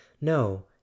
No